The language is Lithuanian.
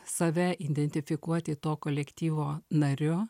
save identifikuoti to kolektyvo nariu